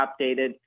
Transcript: updated